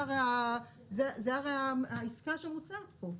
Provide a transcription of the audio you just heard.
זו הרי העסקה שמוצעת פה.